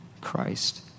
Christ